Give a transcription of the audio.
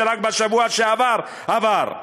שרק בשבוע שעבר עבר,